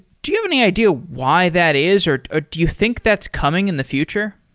do you have any idea why that is, or ah do you think that's coming in the future?